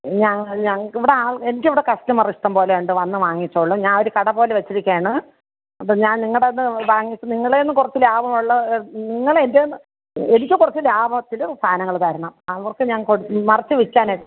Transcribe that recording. ഇവിടെ ആൾ എനിക്ക് ഇവിടെ കസ്റ്റമർ ഇഷ്ടം പോലെ ഉണ്ട് വന്ന് വാങ്ങിച്ചോളും ഞാൻ ഒരു കട പോലെ വച്ചിരിക്കുകയാണ് അപ്പം ഞാൻ നിങ്ങളുടേത് വാങ്ങിയിട്ട് നിങ്ങളുടെ നിന്ന് കുറച്ച് ലാഭമുള്ള നിങ്ങൾ എൻ്റേന്ന് എനിക്ക് കുറച്ച് ലാഭത്തിൽ സാധനങ്ങൾ തരണം അവർക്ക് ഞാൻ കൊടുക്കും മറിച്ച് വിൽക്കാനായിട്ട്